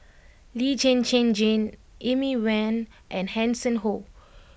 Lee Zhen Zhen Jane Amy Van and Hanson Ho